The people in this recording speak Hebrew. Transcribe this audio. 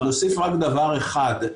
אני אוסיף רק דבר אחד,